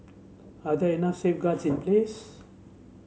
are there enough safeguards in place